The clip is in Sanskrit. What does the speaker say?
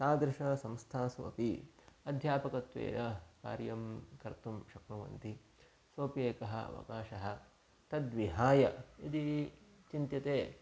तादृशसंस्थासु अपि अध्यापकत्वेन कार्यं कर्तुं शक्नुवन्ति सोऽपि एकः अवकाशः तद्विहाय यदि चिन्त्यते